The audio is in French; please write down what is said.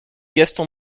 gaston